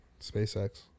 SpaceX